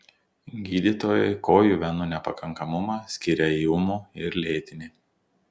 gydytojai kojų venų nepakankamumą skiria į ūmų ir lėtinį